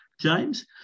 James